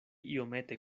iomete